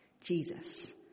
Jesus